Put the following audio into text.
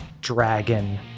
dragon